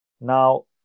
Now